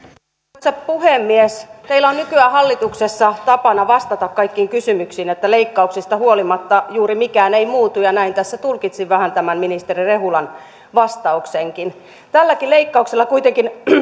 arvoisa puhemies teillä on nykyään hallituksessa tapana vastata kaikkiin kysymyksiin että leikkauksista huolimatta juuri mikään ei muutu ja näin tässä tulkitsin vähän tämän ministeri rehulan vastauksenkin tälläkin leikkauksella kuitenkin